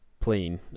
plane